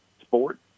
sport